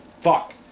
Fuck